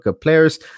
players